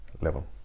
level